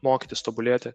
mokytis tobulėti